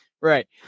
right